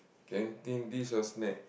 canteen dish or snack